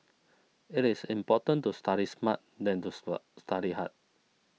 it is important to study smart than to study study hard